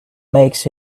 makes